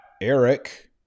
Eric